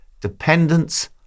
dependence